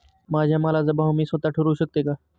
माझ्या मालाचा भाव मी स्वत: ठरवू शकते का?